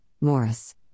Morris